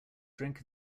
drink